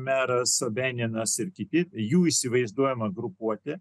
meras beninas ir kiti jų įsivaizduojamą grupuotė